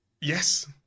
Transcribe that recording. yes